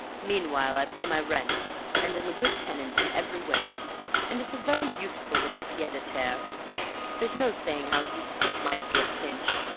meanwhile i pay my rent and am a good tenant in every way and it's a very useful little pied-a-terre there's no saying how useful it might be at a pinch.